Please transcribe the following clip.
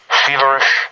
feverish